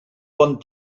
bon